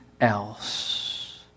else